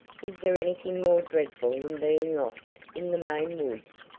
is there anything more dreadful than being lost in the maine woods!